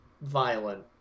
violent